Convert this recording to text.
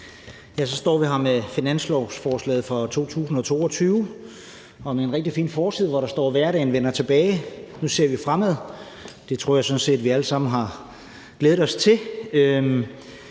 så står vi her med finanslovsforslaget for 2022. Der er en rigtig fin forside, hvor der står »Hverdagen tilbage – nu ser vi fremad«. Det tror jeg sådan set vi alle sammen har glædet os til,